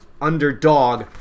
underdog